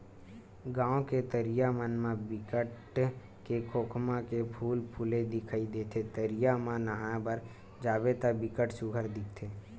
गाँव के तरिया मन म बिकट के खोखमा के फूल फूले दिखई देथे, तरिया म नहाय बर जाबे त बिकट सुग्घर दिखथे